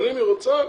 אם היא רוצה,